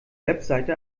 website